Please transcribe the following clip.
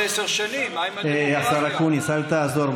17 שנים אחרי מותו של גנדי, אנו במשרד התיירות